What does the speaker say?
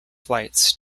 flights